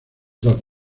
dos